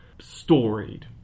storied